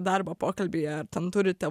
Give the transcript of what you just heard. darbo pokalbyje ar ten turite